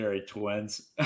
twins